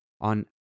on